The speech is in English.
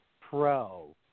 Pro